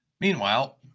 Meanwhile